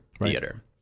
theater